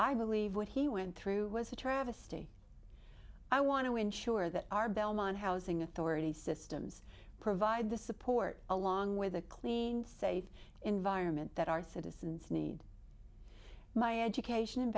i believe what he went through was a travesty i want to ensure that our belmont housing authority systems provide the support along with the clean safe environment that our citizens need my education and